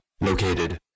located